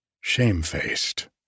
shamefaced